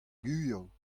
vioù